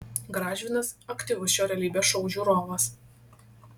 gražvydas aktyvus šio realybės šou žiūrovas